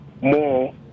more